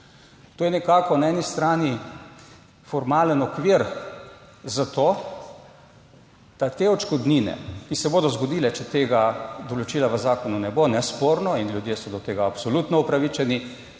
To je nekako na eni strani formalni okvir za to, da te odškodnine, ki se bodo zgodile, če tega določila v zakonu ne bo, nesporno, ljudje so do tega absolutno upravičeni,